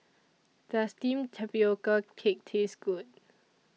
Does Steamed Tapioca Cake Taste Good